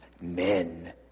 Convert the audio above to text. men